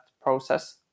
process